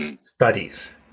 studies